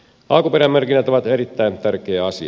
alkuperämerkinnät ovat erittäin tärkeä asia